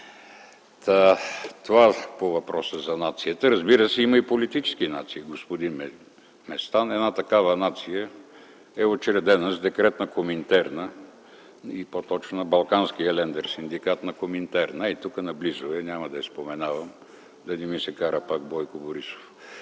Това е по въпроса за нацията. Разбира се, има и политически нации, господин Местан. Една такава нация е учредена с Декрет на Коминтерна и по-точно на Балканския лендер синдикат на Коминтерна, тя е наблизо, няма да я споменавам, да не ми се кара пак Бойко Борисов.